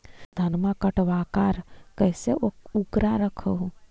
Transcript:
धनमा कटबाकार कैसे उकरा रख हू?